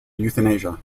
euthanasia